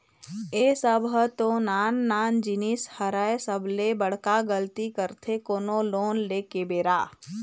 ए सब ह तो नान नान जिनिस हरय सबले बड़का गलती करथे कोनो लोन ले के बेरा